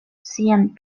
sian